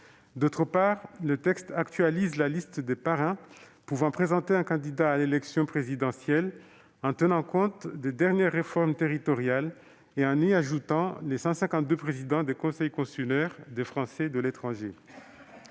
D'autre part, le texte actualise la liste des parrains pouvant présenter un candidat à l'élection présidentielle, en tenant compte des dernières réformes territoriales et en y ajoutant les 152 présidents des conseils consulaires des Français de l'étranger.